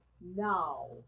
Now